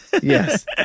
Yes